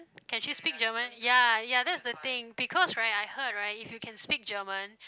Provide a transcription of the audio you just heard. can she speak German ya ya that's the thing because right I heard right if you can speak German